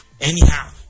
Anyhow